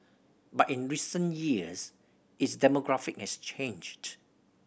but in recent years its demographic has changed